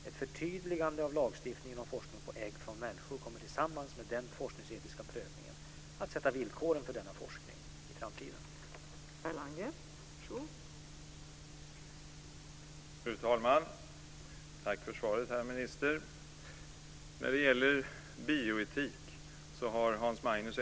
Ett förtydligande av lagstiftningen om forskning på ägg från människor kommer tillsammans med den forskningsetiska prövningen att sätta villkoren för denna forskning i framtiden.